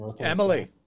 Emily